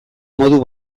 modu